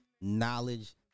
knowledge